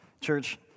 Church